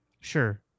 Sure